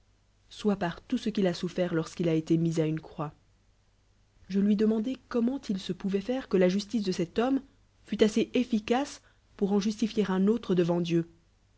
soit par tout ce qu'il a souffert lorsqu'il a été mis à une croi je lui demandai comment il se pouvait faire que la justice de cet homme mt assez eoicaçe pour en justifier un autre devant dieu